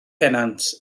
pennant